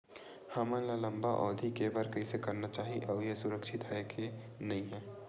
हमन ला लंबा अवधि के बर कइसे करना चाही अउ ये हा सुरक्षित हे के नई हे?